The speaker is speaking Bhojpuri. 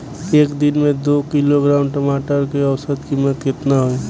एक दिन में दो किलोग्राम टमाटर के औसत कीमत केतना होइ?